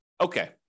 okay